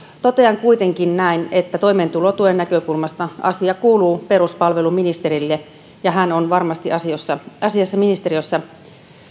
totean kuitenkin näin että toimeentulotuen näkökulmasta asia kuuluu peruspalveluministerille ja tämä kela siirto on varmasti ministeriössä